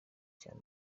cyane